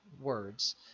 words